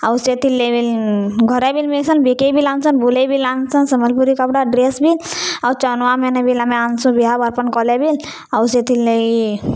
ଆଉ ସେଥିର୍ଲେ ଘରେ ବି ମିଲ୍ସ୍ନ୍ ବିକେଇ ବି ଲାଗ୍ସନ୍ ବୁଲେଇ ବି ଲାଗ୍ସନ୍ ସମ୍ବଲପୁରୀ କପ୍ଡ଼ା ଡ୍ରେସ୍ ବି ଆଉ ଚାନୁଆ ମେନେ ବି ଆମେ ଆନ୍ସୁ ବିହା ବର୍ପନ୍ କଲେ ବି ଆଉ ସେଥିର୍ ଲାଗି